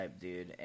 dude